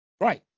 Right